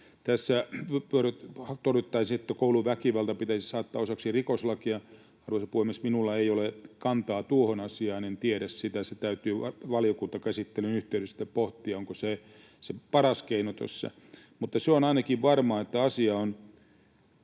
Tässä todetaan, että kouluväkivalta pitäisi saattaa osaksi rikoslakia. Arvoisa puhemies, minulla ei ole kantaa tuohon asiaan. En tiedä sitä. Se täytyy valiokuntakäsittelyn yhteydessä sitten pohtia, onko se paras keino tässä. Mutta se on ainakin varmaa, että asia on